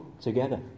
together